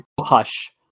Hush